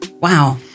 wow